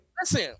listen